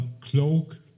cloak